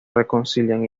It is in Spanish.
reconcilian